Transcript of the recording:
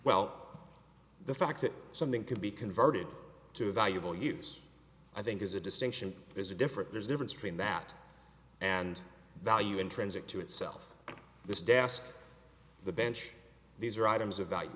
well the fact that something can be converted to a valuable use i think is a distinction there's a different there's difference between that and value intrinsic to itself this desk the bench these are items of value